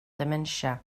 dementia